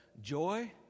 joy